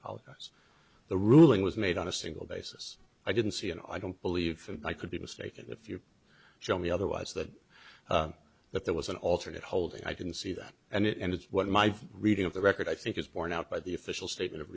apologize the ruling was made on a single basis i didn't see and i don't believe i could be mistaken if you show me otherwise that that there was an alternate holding i can see that and it's what my reading of the record i think is borne out by the official statement of